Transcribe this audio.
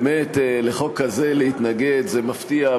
באמת, לחוק כזה להתנגד, זה מפתיע.